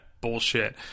bullshit